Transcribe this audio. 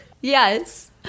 Yes